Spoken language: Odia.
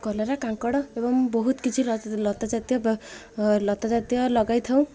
କଲରା କାଙ୍କଡ଼ ଏବଂ ବହୁତ କିଛି ଲ ଲତା ଜାତୀୟ ଲତା ଜାତୀୟ ଲଗାଇ ଥାଉ